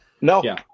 No